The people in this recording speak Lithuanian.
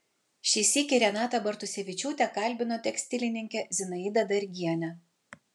šį sykį renata bartusevičiūtė kalbino tekstilininkę zinaidą dargienę